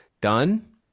done